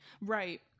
right